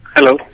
Hello